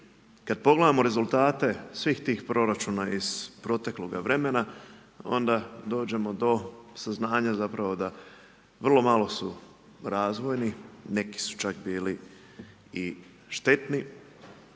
kada pogledamo rezultate svih tih proračuna iz protekloga vremena, onda dođemo do saznanja da vrlo malo su razvojni, neki su čak bili i štetni,